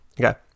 Okay